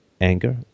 anger